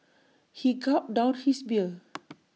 he gulped down his beer